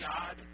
God